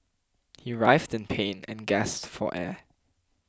he writhed in pain and gasped for air